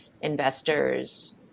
investors